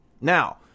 Now